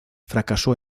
fracasó